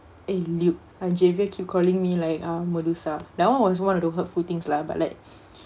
eh luke javier keep calling me like uh medusa that [one] was one of the hurtful things lah but like